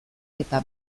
eta